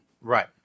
right